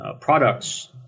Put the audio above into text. products